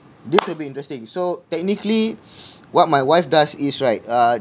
this will be interesting so technically what my wife does is right err